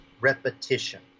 repetition